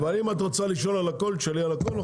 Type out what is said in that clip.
אבל אם את רוצה לשאול על הכול, תשאלי על הכול.